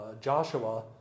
Joshua